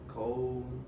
cold